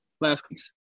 Last